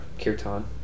kirtan